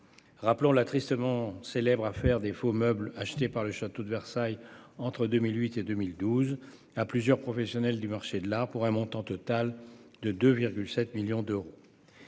Rappelons la tristement célèbre affaire des faux meubles achetés par le Château de Versailles entre 2008 et 2012 à plusieurs professionnels du marché de l'art, pour un montant total de 2,7 millions d'euros.